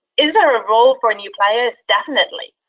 is there a role for new players? definitely.